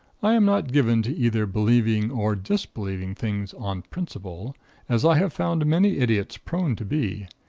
i am not given to either believing or disbelieving things on principle as i have found many idiots prone to be,